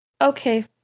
Okay